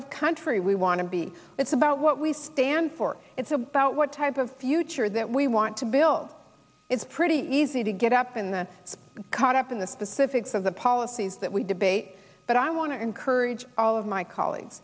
of country we want to be it's about what we stand for it's about what type of future that we want to build it's pretty easy to get up and caught up in the specifics of the policies that we debate but i want to encourage all of my colleagues